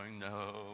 no